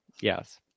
yes